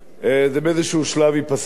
זה באיזה שלב ייפסק.